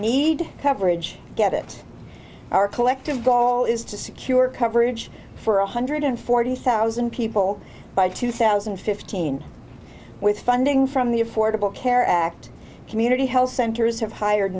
need coverage get it our collective goal is to secure coverage for one hundred forty thousand people by two thousand and fifteen with funding from the affordable care act community health centers have hired